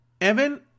Evan